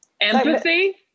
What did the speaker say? Empathy